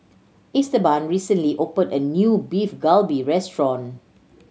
Esteban recently opened a new Beef Galbi Restaurant